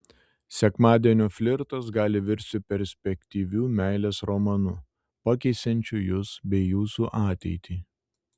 sekmadienio flirtas gali virsti perspektyviu meilės romanu pakeisiančiu jus bei jūsų ateitį